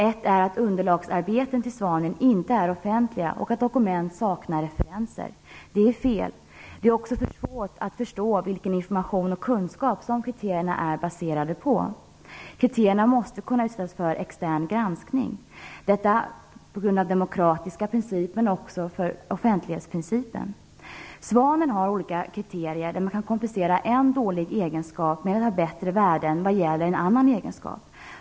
En är att underlagsarbeten till Svanen inte är offentliga och att dokument saknar referenser. Det är fel. Det är också svårt att förstå vilken information och kunskap som kriterierna är baserade på. Kriterierna måste kunna utsättas för extern granskning; detta på grund av demokratiska principer, men också för offentlighetsprincipens skull. Svanen har olika kriterier där man kan kompensera en dålig egenskap med att ha bättre värden vad gäller en annan egenskap.